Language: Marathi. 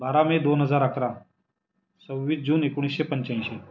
बारा मे दोन हजार आकरा सव्वीस जून एकोणीसशे पंच्याऐंशी